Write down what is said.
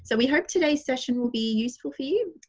so we hope today's session will be useful for you,